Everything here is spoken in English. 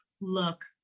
look